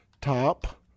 Top